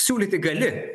siūlyti gali